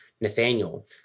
Nathaniel